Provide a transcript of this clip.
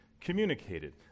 communicated